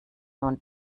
nun